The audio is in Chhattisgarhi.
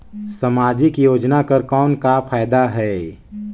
समाजिक योजना कर कौन का फायदा है?